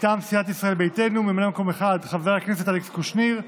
מטעם סיעת ישראל ביתנו ממלא מקום אחד: חבר הכנסת אלכס קושניר,